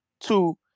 two